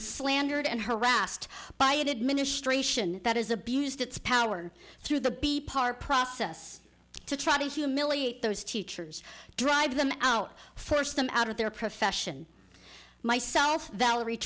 slandered and harassed by an administration that is abused its power through the be part process to try to humiliate those teachers drive them out force them out of their profession myself